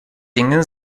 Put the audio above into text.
dinge